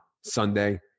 Sunday